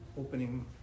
opening